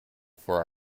for